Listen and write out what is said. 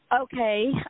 okay